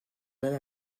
même